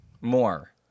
More